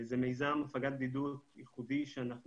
זה מיזם הפגת בדידות ייחודי שאנחנו